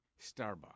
Starbucks